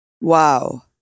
Wow